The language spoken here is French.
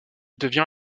devient